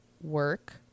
work